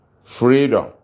Freedom